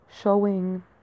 showing